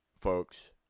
folks